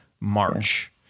march